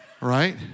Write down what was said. Right